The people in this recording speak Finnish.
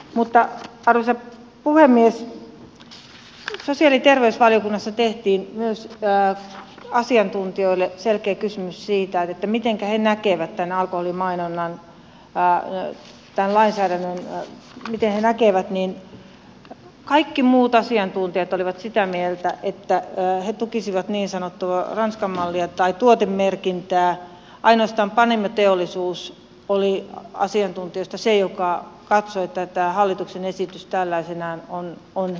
mutta arvoisa puhemies sosiaali ja terveysvaliokunnassa tehtiin myös asiantuntijoille selkeä kysymys siitä mitenkä he näkevät tämän alkoholimainonnan lainsäädännön ja kaikki muut asiantuntijat olivat sitä mieltä että he tukisivat niin sanottua ranskan mallia tai tuotemerkintää ainoastaan panimoteollisuus oli asiantuntijoista se joka katsoi että tämä hallituksen esitys tällaisenaan on hyvä